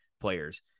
players